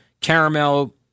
Caramel